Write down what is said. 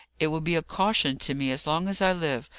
it will be a caution to me as long as i live,